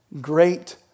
great